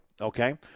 okay